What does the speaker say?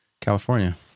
California